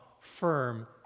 firm